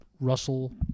Russell